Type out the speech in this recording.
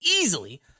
easily